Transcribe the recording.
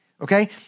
Okay